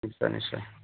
নিশ্চয় নিশ্চয়